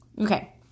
okay